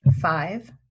Five